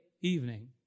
evening